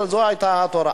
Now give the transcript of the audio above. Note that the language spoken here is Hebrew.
זו היתה התורה.